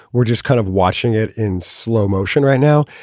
we're just kind of watching it in slow motion right now.